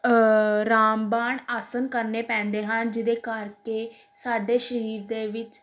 ਰਾਮਬਾਣ ਆਸਣ ਕਰਨੇ ਪੈਂਦੇ ਹਨ ਜਿਹਦੇ ਕਰਕੇ ਸਾਡੇ ਸਰੀਰ ਦੇ ਵਿੱਚ